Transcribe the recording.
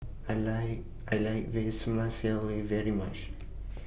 I like I like Vermicelli very much